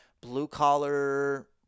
blue-collar